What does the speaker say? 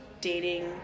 dating